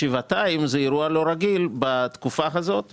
שבעתיים זה אירוע לא רגיל בתקופה הזאת,